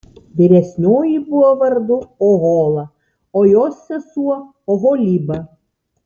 vyresnioji buvo vardu ohola ir jos sesuo oholiba